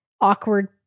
awkward